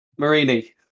Marini